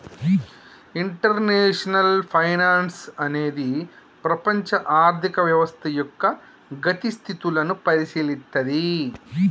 international finance అనేది ప్రపంచ ఆర్థిక వ్యవస్థ యొక్క గతి స్థితులను పరిశీలిత్తది